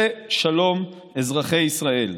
זה שלום, אזרחי ישראל.